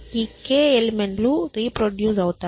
ఈ k element లు reproduce అవుతాయి